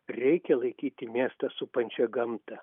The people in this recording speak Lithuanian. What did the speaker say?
reikia laikyti miestą supančią gamtą